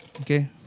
Okay